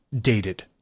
dated